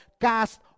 cast